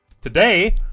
today